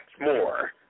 more